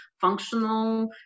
functional